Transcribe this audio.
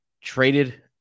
traded